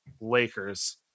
Lakers